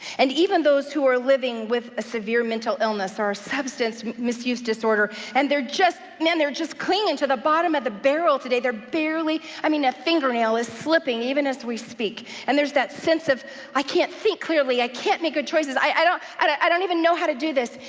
and even those who are living with a severe mental illness, or substance misuse disorder, and they're just, man they're just clinging to the bottom of the barrel today. they're barely, i mean a fingernail is slipping even as we speak, and there's that sense of i can't think clearly. i can't make good choices. i don't i don't even know how to do this.